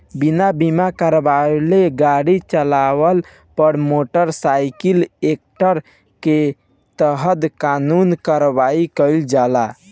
बिना बीमा करावले गाड़ी चालावला पर मोटर साइकिल एक्ट के तहत कानूनी कार्रवाई कईल जाला